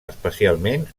especialment